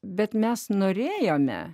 bet mes norėjome